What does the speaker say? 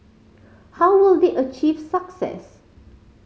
how will they achieve success